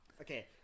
Okay